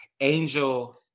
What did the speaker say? Angel